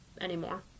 anymore